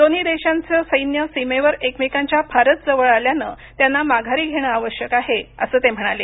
दोन्ही देशांचे सैन्य सीमेवर एकमेकांच्या फारच जवळ आल्यानं त्यांना माघारी घेणं आवश्यक आहे असं ते म्हणाले